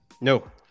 No